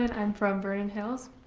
and i'm from vernon hills.